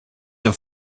have